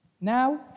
now